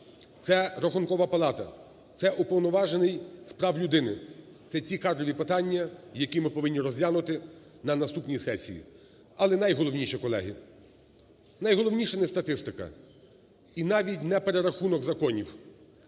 це Рахункова палата, це Уповноважений з прав людини, це ці кадрові питання, які ми повинні розглянути на наступній сесії. Але, найголовніше, колеги, найголовніше не статистика, і навіть не перерахунок законів,